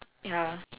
ya